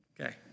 Okay